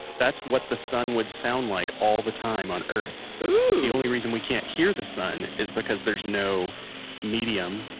that's what the sun would sound like all the time on earth. the only reason we can't hear the sun is because there's no medium,